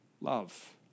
love